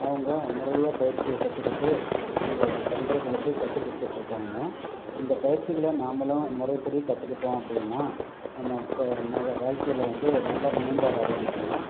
அவங்க முறையாக பயிற்சியை கற்றுக்கிட்டு அவர்களோட தொண்டர்களுக்கும் கற்றுக் கொடுத்துட்டு இருக்காங்க இந்த பயிற்சிகளை நாமளும் முறைப்படி கற்றுக்கிட்டோம் அப்படின்னா நம்ம இப்போ நல்ல வாழ்க்கையில் வந்து நல்ல மேம்பாடு அடைய முடியும்